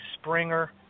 Springer